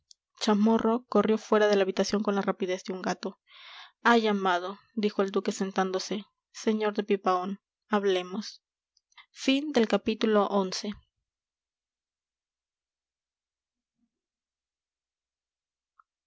chamorro corrió fuera de la habitación con la rapidez de un gato ha llamado dijo el duque sentándose sr de pipaón hablemos